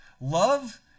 Love